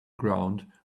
ground